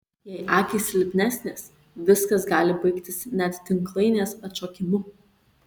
jei akys silpnesnės viskas gali baigtis net tinklainės atšokimu